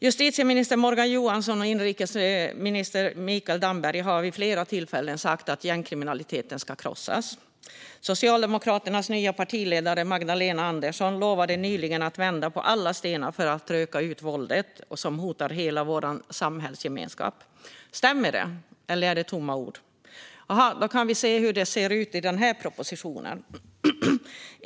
Justitieminister Morgan Johansson och inrikesminister Mikael Damberg har vid flera tillfällen sagt att gängkriminaliteten ska krossas. Socialdemokraternas nya partiledare Magdalena Andersson lovade nyligen att vända på alla stenar för att röka ut våldet, som hotar hela vår samhällsgemenskap. Stämmer det, eller är det tomma ord? Låt oss se hur det ser ut i propositionen.